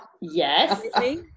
Yes